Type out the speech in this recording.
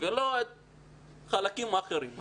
ולא חלקים אחרים.